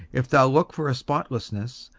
if thou look for a spotlessness,